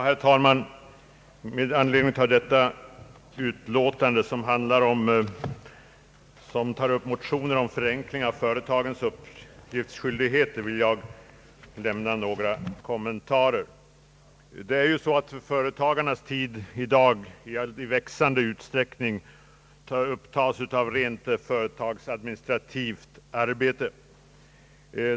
Herr talman! Med anledning av detta utlåtande som tar upp motioner om förenkling av företagens uppgiftsskyldigheter vill jag göra några kommentarer. Företagarnas tid upptas i dag i växande usträckning av rent företagsadministrativt arbete.